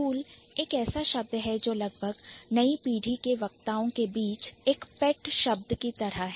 Cool एक ऐसा शब्द है जो लगभग नई पीढ़ी के वक्ताओं के बीच एक pet शब्द की तरह है